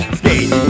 skate